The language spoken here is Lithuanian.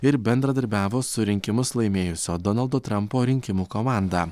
ir bendradarbiavo su rinkimus laimėjusio donaldo trampo rinkimų komanda